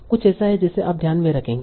कुछ ऐसा है जिसे आप ध्यान में रखेंगे